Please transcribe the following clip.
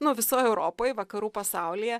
nu visoj europoj vakarų pasaulyje